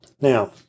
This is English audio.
Now